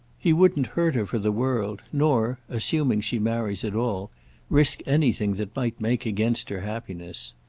he wouldn't hurt her for the world, nor assuming she marries at all risk anything that might make against her happiness.